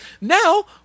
Now